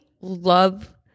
love